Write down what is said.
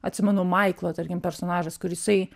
atsimenu maiklo tarkim personažas kur jisai